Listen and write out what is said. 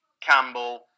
Campbell